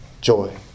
joy